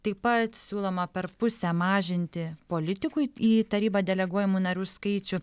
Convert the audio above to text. taip pat siūloma per pusę mažinti politikui į tarybą deleguojamų narių skaičių